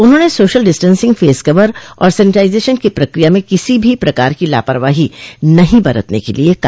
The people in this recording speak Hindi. उन्होंने सोशल डिस्टेंसिंग फेस कवर और सैनिटाइजेशन की प्रक्रिया में किसी भी प्रकार की लापरवाही नहीं बरतने के लिये कहा